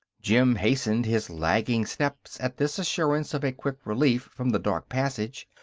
jim hastened his lagging steps at this assurance of a quick relief from the dark passage,